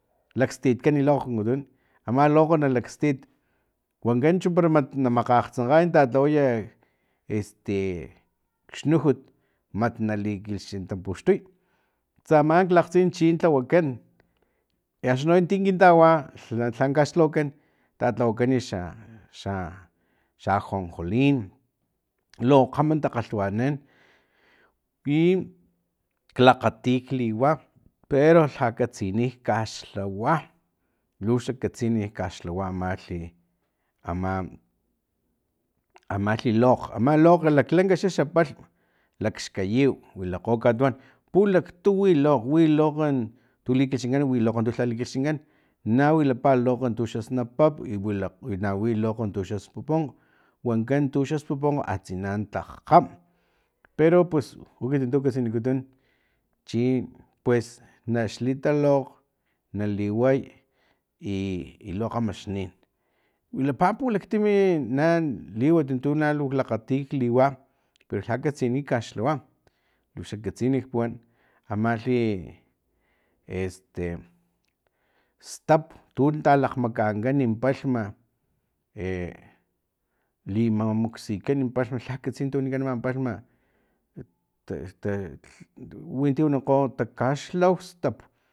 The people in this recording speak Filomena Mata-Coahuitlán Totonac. Lakstitkan lokg kunkutun ama lokg nalakstit wankan chu para namakgakgtsankgay tatlawaya este xnujut mat nali lakxintapuxtuy tsaman klakgtsin chin lhawakan i axni tino kin tawa lhan kaxlhawakan tatlawakan xa xa xa anjonjolin lo kgama takgalhwanan i klakgati kliwa pero lhak katsini kaxlhawa lu xakatsini kaxlhawa amalhi ama amalhi lokg ama lokg laklanka xa palhm lakxkayiw wilakgo katuwan pulaktu wi lokg wi lokg tu likilhxinkan wi no tu lha likilhxinkan na wilapa lokg tuxas napap i wila i na wilapa untu xaspuponkg wankan tuxa spupunkg atsina tlakg kgam pero pues u ekiti tun katsinikutun chi pues naxlita lokg na liway i i lo kgamaxnin wilapa pulaktimi na liwat tu na klakgati kliwa pero lha kastini kaxlhawa lu xakatsini puwan amalhi este stap tu talakgmakankan palhma e limamuksikan palhm lu lha katsini tu wanikan aman palhma e winti wanikgo takaxlaustap